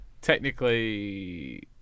technically